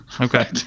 okay